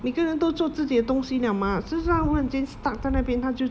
每个人都做自己的东西了 mah 就是他问题 stuck 在那边他就